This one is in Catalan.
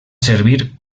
servir